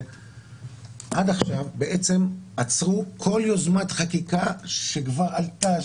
עד עכשיו בעצם עצרו כל יוזמת חקיקה שכבר עלתה,